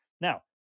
Now